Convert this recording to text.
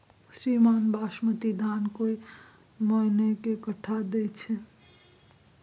श्रीमान बासमती धान कैए मअन के कट्ठा दैय छैय?